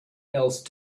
else